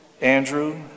Andrew